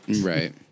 right